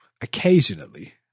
occasionally